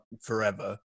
forever